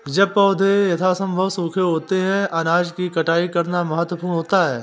जब पौधे यथासंभव सूखे होते हैं अनाज की कटाई करना महत्वपूर्ण होता है